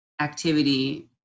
activity